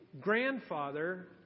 grandfather